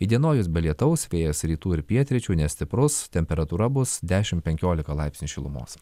įdienojus be lietaus vėjas rytų ir pietryčių nestiprus temperatūra bus dešim penkiolika laipsnių šilumos